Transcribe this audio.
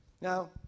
Now